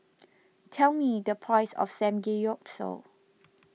tell me the price of Samgeyopsal